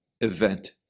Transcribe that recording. event